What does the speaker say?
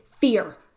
fear